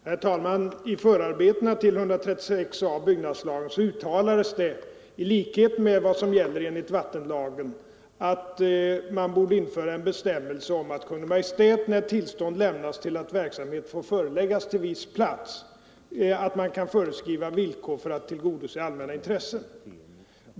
Herr talman! I förarbetena till 136 a § byggnadslagen uttalades det att man, i likhet med vad som gäller enligt vattenlagen, borde införa en bestämmelse om att Kungl. Maj:t, när tillstånd lämnas till att verksamhet får förläggas till viss plats, kan föreskriva villkor för att tillgodose allmänna intressen.